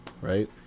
right